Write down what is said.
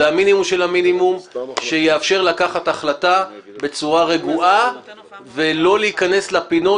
זה המינימום שבמינימום שיאפשר לקבל החלטה בצורה רגועה ולא להיכנס לפינות